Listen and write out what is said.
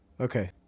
Okay